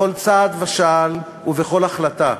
בכל צעד ושעל ובכל החלטה,